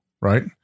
right